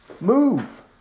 Move